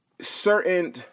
certain